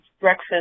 breakfast